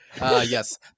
Yes